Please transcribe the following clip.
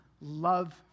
love